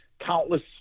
countless